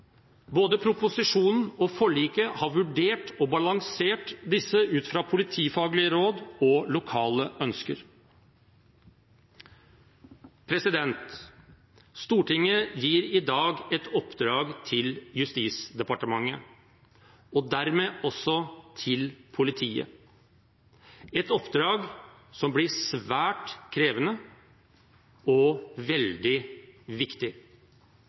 Både proposisjonen og forliket har vurdert og balansert disse ut fra politifaglige råd og lokale ønsker. Stortinget gir i dag et oppdrag til Justisdepartementet, og dermed også til politiet – et oppdrag som blir svært krevende og veldig viktig.